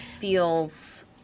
Feels